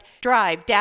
drive